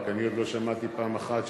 רק אני עוד לא שמעתי פעם אחת שמישהו,